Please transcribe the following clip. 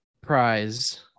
Prize